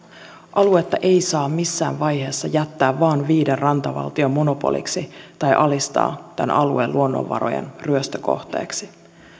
aluetta ei saa missään vaiheessa jättää vain viiden rantavaltion monopoliksi tai alistaa tämän alueen luonnonvaroja ryöstökohteeksi